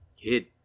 Kid